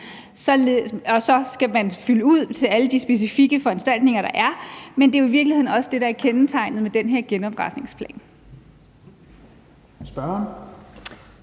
og så skal man opfylde alle de specifikke kriterier, der er, men det er jo i virkeligheden også det, der er kendetegnet ved den her genopretningsplan. Kl.